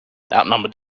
outnumbered